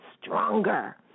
stronger